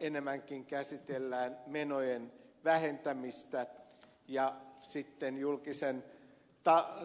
enemmänkin käsitellään menojen vähentämistä ja sitten julkisen